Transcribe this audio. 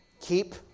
keep